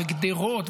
גדרות,